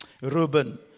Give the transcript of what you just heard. Reuben